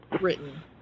written